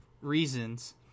reasons